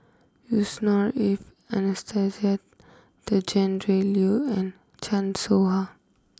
Yusnor Ef Anastasia Tjendri Liew and Chan Soh Ha